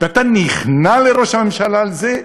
ואתה נכנע לראש הממשלה על זה?